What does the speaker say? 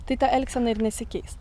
tai ta elgsena ir nesikeis